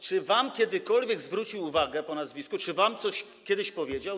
Czy wam kiedykolwiek zwrócił uwagę po nazwisku, czy wam coś kiedyś powiedział?